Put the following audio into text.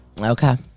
Okay